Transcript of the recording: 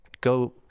go